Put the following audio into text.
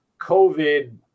covid